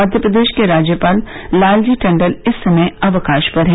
मध्य प्रदेश के राज्यपाल लाल जी टंडन इस समय अवकाश पर हैं